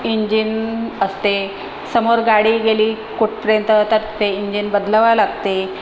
engine असते समोर गाडी गेली कुठपर्यंत तर ते इंजिन बदलावं लागते